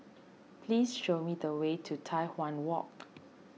please show me the way to Tai Hwan Walk